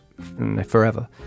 forever